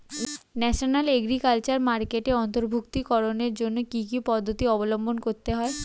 National agriculture মার্কেটে অন্তর্ভুক্তিকরণের জন্য কি কি পদ্ধতি অবলম্বন করতে হয়?